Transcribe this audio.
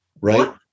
right